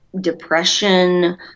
depression